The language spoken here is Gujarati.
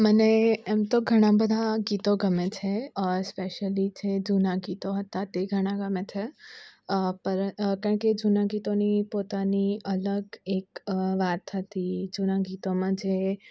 મને એમ તો ઘણા બધા ગીતો ગમે છે સ્પેશિયલી જે જૂના ગીતો હતા તે ઘણા ગમે છે કારણ કે જૂના ગીતોની પોતાની અલગ એક વાત હતી જૂના ગીતોમાં જે